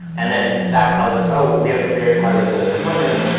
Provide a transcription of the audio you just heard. and then that tells us, oh, we have a very high-risk of this component.